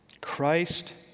Christ